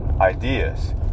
ideas